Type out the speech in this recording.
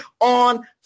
on